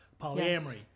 Polyamory